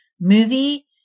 movie